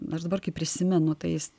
nors dabar kai prisimenu tai jis